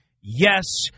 Yes